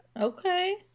Okay